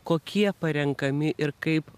kokie parenkami ir kaip